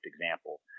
example